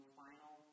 final